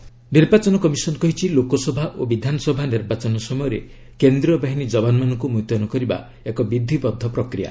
ECIWB polls ନିର୍ବାଚନ କମିଶନ କହିଛି ଲୋକସଭା ଓ ବିଧାନସଭା ନିର୍ବାଚନ ସମୟରେ କେନ୍ଦ୍ରୀୟ ବାହିନୀ ଯବାନମାନଙ୍କୁ ମୁତୟନ କରିବା ଏକ ବିଧିବଦ୍ଧ ପ୍ରକ୍ରିୟା